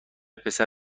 پسر